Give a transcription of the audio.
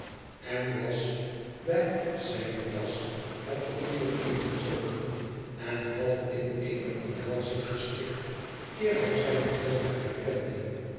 en was bij zijne das het portier ingetrokken en half in eene omhelzmg gestikt eer hij zijne dochter herkende